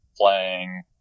playing